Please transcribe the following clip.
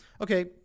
Okay